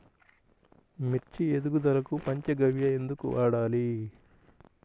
మిర్చి ఎదుగుదలకు పంచ గవ్య ఎందుకు వాడాలి?